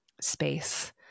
space